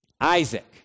Isaac